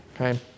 Okay